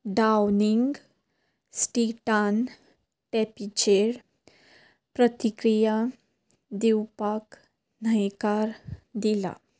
Downing स्टिटान टॅपीचेर प्रतिक्रिया दिवपाक न्हयकार दिला